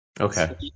Okay